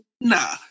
nah